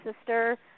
sister